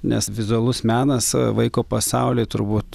nes vizualus menas vaiko pasauly turbūt